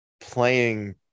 playing